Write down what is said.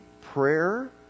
prayer